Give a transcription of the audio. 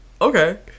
Okay